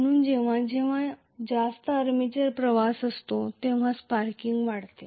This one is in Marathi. म्हणूनच जेव्हा जेव्हा जास्त आर्मेचर प्रवाह असतो तेव्हा स्पार्किंग वाढते